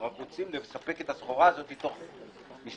רק רוצים לספק את הסחורה הזו תוך ימים,